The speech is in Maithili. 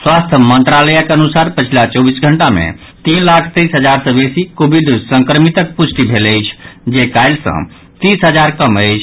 स्वास्थ्य मंत्रालयक अनुसार पछिला चौबीस घंटा मे तीन लाख तेईस हजार सँ बेसी कोविड संक्रमितक पुष्टि भेल अछि जे काल्हि सँ तीस हजार कम अछि